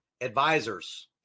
Advisors